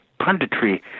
punditry